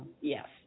Yes